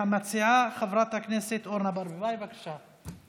המציעה, חברת הכנסת אורנה ברביבאי, בבקשה.